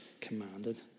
commanded